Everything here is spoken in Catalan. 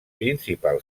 principal